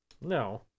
No